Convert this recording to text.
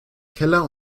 keller